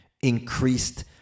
increased